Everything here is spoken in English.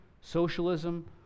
socialism